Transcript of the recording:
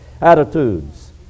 attitudes